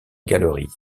galerie